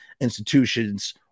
institutions